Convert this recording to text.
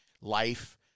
life